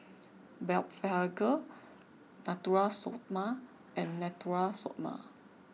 Blephagel Natura Stoma and Natura Stoma